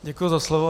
Děkuji za slovo.